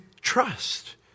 trust